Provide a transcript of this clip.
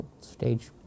stage